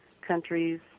countries